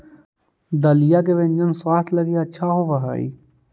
दलिया के व्यंजन स्वास्थ्य लगी अच्छा होवऽ हई